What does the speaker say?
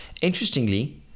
Interestingly